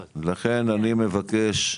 לכן, אני מבקש,